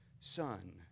son